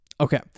okay